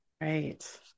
Right